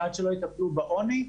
ועד שלא יטפלו בעוני,